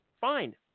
fine